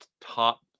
top